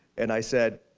and i said,